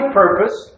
purpose